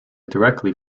directly